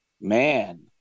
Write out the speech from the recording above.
man